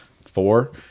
four